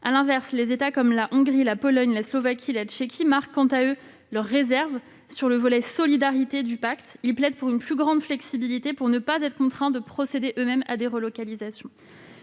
À l'inverse, des États comme la Hongrie, la Pologne, la Slovaquie, la Tchéquie, marquent leurs réserves sur le volet solidarité du pacte. Ils plaident pour une plus grande flexibilité, pour ne pas être contraints de procéder eux-mêmes à des relocalisations.